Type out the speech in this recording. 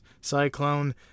cyclone